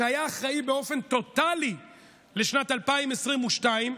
שהיה אחראי באופן טוטלי לשנת 2022,